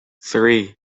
three